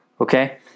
Okay